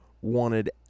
wanted